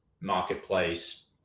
marketplace